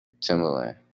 Timberland